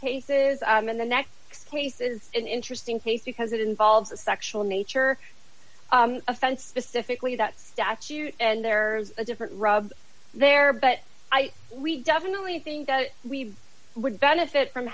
cases i mean the next case is an interesting case because it involves a sexual nature offense specifically that statute and there's a different rub there but i definitely think that we would benefit from